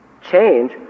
change